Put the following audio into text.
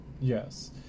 yes